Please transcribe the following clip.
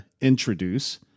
introduce